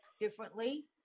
differently